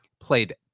Played